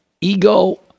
ego